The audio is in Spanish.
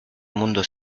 mundo